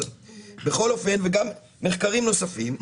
אבל בכל אופן וגם מחקרים נוספים,